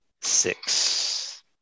Six